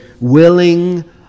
willing